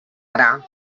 gra